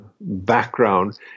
background